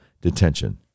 detention